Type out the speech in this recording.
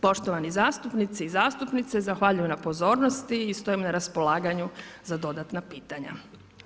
Poštovani zastupnici i zastupnice, zahvaljujem na pozornosti i stojim na raspolaganju za dodatna pitanja.